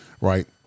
right